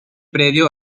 predio